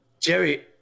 Jerry